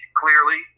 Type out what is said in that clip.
clearly